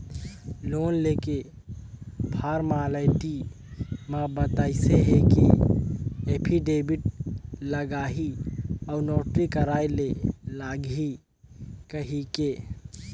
loan लेके formality म बताइस हे कि एफीडेबिड लागही अउ नोटरी कराय ले लागही कहिके